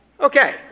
Okay